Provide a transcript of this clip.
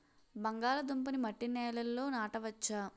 బంగాళదుంప నీ మట్టి నేలల్లో నాట వచ్చా?